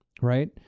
Right